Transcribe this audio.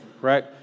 right